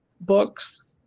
books